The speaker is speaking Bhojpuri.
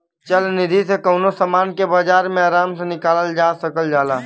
चल निधी से कउनो समान के बाजार मे आराम से निकालल जा सकल जाला